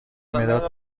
مداد